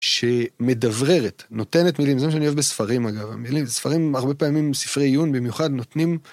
שמדבררת, נותנת מילים, זה מה שאני אוהב בספרים אגב, המילים, ספרים, הרבה פעמים, ספרי עיון במיוחד, נותנים...